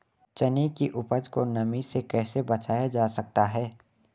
चने की उपज को नमी से कैसे बचाया जा सकता है?